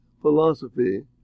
philosophy